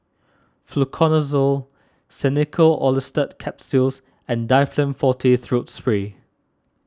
Fluconazole Xenical Orlistat Capsules and Difflam forte Throat Spray